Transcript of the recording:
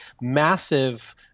massive